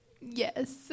Yes